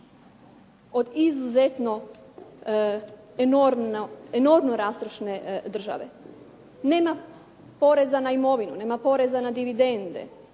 Od izuzetno enormno rastrošne države? Nema poreza na imovinu, nema poreza na dividende,